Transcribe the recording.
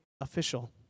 official